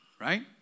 Right